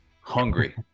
Hungry